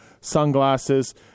sunglasses